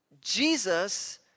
Jesus